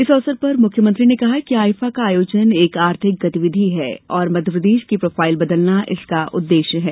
इस अवसर पर मुख्यमंत्री ने कहा कि आईफा का आयोजन एक आर्थिक गतिविधि है और मध्यप्रदेश की प्रोफाइल बदलना इसका उद्देश्य है